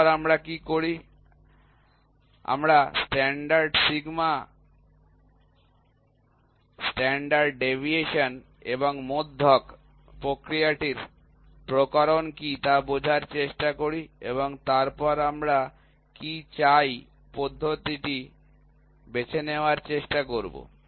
তারপর আমরা কি করি আমরা স্ট্যান্ডার্ড সিগমা স্ট্যান্ডার্ড ডেভিয়েশন এবং মধ্যক প্রক্রিয়াটির প্রকরণ কী তা বোঝার চেষ্টা করি এবং তারপর আমরা কী চাই পদ্ধতিটি বেছে নেওয়ার চেষ্টা করব